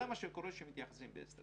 זה מה שקורה שמתייחסים בהסתר פנים.